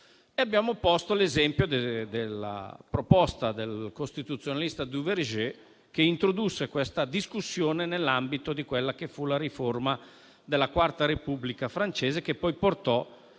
abbiamo fatto l'esempio della proposta del costituzionalista Duverger, che introdusse questa discussione nell'ambito della riforma della Quarta Repubblica francese, che poi portò